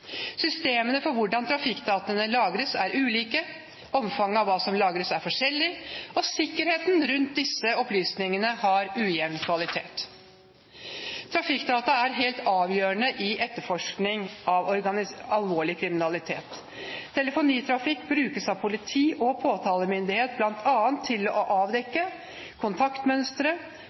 Systemene for hvordan trafikkdataene lagres, er ulike, omfanget av hva som lagres, er forskjellig, og sikkerheten rundt disse opplysningene har ujevn kvalitet. Trafikkdata er helt avgjørende i etterforskningen av alvorlig kriminalitet. Telefonitrafikk brukes av politi- og påtalemyndighet bl.a. for å avdekke kontaktmønstre,